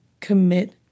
commit